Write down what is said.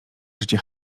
życie